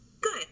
good